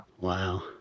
Wow